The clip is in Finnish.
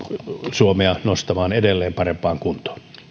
suomea nostamaan edelleen parempaan kuntoon